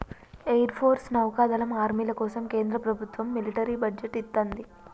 air force, నౌకాదళం, ఆర్మీల కోసం కేంద్ర ప్రభత్వం మిలిటరీ బడ్జెట్ ఇత్తంది